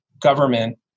government